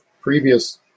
previous